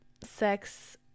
sex